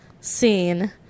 scene